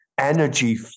Energy